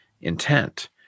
intent